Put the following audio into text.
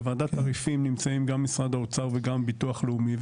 בוועדת תעריפים נמצאים גם משרד האוצר וגם ביטוח לאומי.